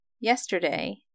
yesterday